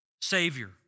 Savior